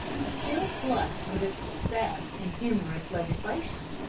still flushed with its success in humorous legislation,